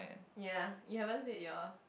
ya you haven't said yours